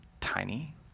tiny